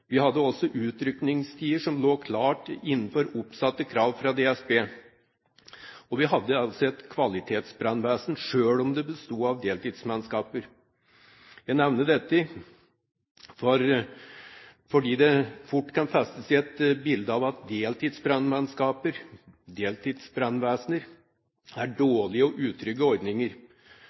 Vi hadde også utrykningstider som lå klart innenfor oppsatte krav fra DSB. Vi hadde altså et kvalitetsbrannvesen, selv om det besto av deltidsmannskaper. Jeg nevner dette fordi det fort kan feste seg et bilde av at deltidsbrannmannskaper, deltidsbrannvesener, er dårlige og utrygge ordninger.